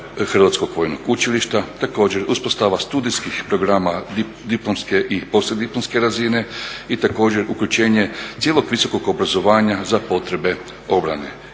Hrvatskog vojnog učilišta. Također uspostava studijskih programa diplomske i poslije diplome razine i također uključenje cijelog visokog obrazovanja za potrebe obrane.